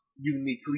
uniquely